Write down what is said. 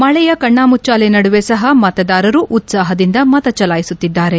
ಮಳೆಯ ಕಣ್ಣಮುಚ್ದಾಲೆ ನಡುವೆ ಸಹ ಮತದಾರರು ಉತ್ಪಾಪದಿಂದ ಮತಚಲಾಯಿಸುತ್ತಿದ್ದಾರೆ